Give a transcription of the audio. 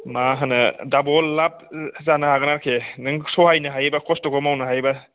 मा होनो दाबल लाब जानो हागोन आरिखि सहायनो हायोबा खस्थ'खौ मावनो हायोबा